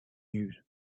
news